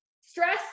stress